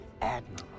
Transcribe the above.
Admiral